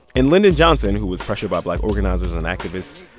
and lyndon johnson, who was pressured by black organizers and activists,